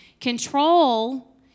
Control